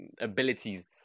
abilities